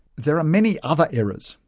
there are many other errors,